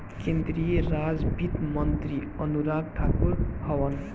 केंद्रीय राज वित्त मंत्री अनुराग ठाकुर हवन